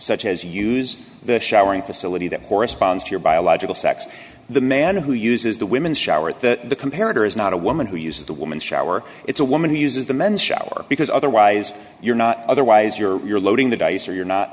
such as you use the showering facility that corresponds to your biological sex the man who uses the women's shower at the comparative is not a woman who uses the woman's shower it's a woman who uses the men's shower because otherwise you're not otherwise you're you're loading the dice or you're not